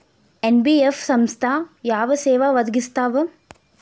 NBF ಸಂಸ್ಥಾ ಯಾವ ಸೇವಾ ಒದಗಿಸ್ತಾವ?